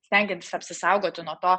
stengiantis apsisaugoti nuo to